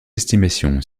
estimation